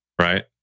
Right